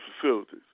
facilities